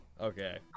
Okay